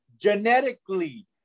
genetically